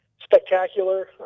spectacular